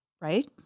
right